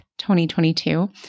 2022